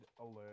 Alert